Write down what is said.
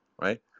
Right